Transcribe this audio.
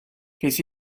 ces